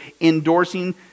endorsing